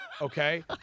okay